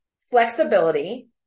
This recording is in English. flexibility